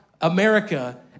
America